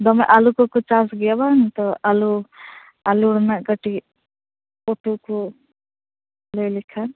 ᱫᱚᱢᱮ ᱟᱹᱞᱩ ᱠᱚᱠᱚ ᱪᱟᱥᱜᱮᱭᱟ ᱵᱟᱝ ᱛᱚ ᱟᱹᱞᱩ ᱟᱹᱞᱩ ᱨᱮᱱᱟᱜ ᱠᱟᱹᱴᱤᱜ ᱩᱛᱩ ᱠᱚ ᱞᱟ ᱭ ᱞᱮᱠᱷᱟᱱ